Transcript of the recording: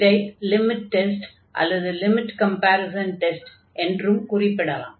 இதை limit test அல்லது limit comparison test என்றும் குறிப்பிடலாம்